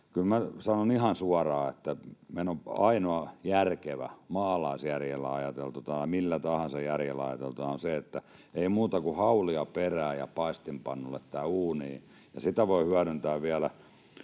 sanon ihan suoraan, että ainoa järkevä asia maalaisjärjellä ajateltuna tai millä tahansa järjellä ajateltuna on se, että ei muuta kun haulia perään ja paistinpannulle tai uuniin, ja sitä voi hyödyntää vielä